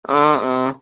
অঁ অঁ